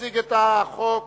(תיקון מס' 11), התש"ע 2010. יציג את החוק